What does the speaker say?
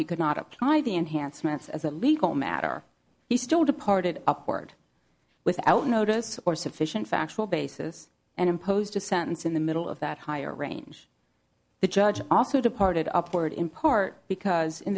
enhancements as a legal matter he still departed upward without notice or sufficient factual basis and imposed a sentence in the middle of that higher range the judge also departed upward in part because in